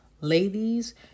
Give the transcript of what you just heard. ladies